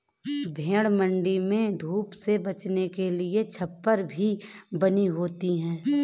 भेंड़ मण्डी में धूप से बचने के लिए छप्पर भी बनी होती है